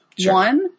One